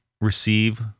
receive